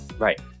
Right